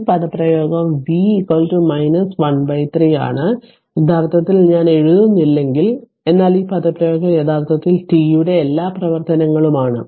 അതിനാൽ ഈ പദപ്രയോഗം v 13 ആണ് യഥാർത്ഥത്തിൽ ഞാൻ എഴുതുന്നില്ലെങ്കിൽ എന്നാൽ ഈ പദപ്രയോഗം യഥാർത്ഥത്തിൽ t യുടെ എല്ലാ പ്രവർത്തനങ്ങളും ആണ്